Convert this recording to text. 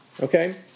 Okay